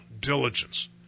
diligence